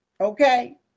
okay